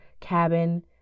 cabin